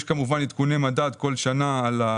כל שנה יש כמובן עדכוני מדד על הסכום,